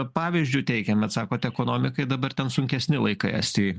pavyzdžiu teikiam bet sakot ekonomikai dabar ten sunkesni laikai estijoj